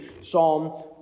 Psalm